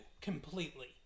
completely